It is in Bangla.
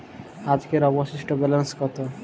আজকের অবশিষ্ট ব্যালেন্স কত?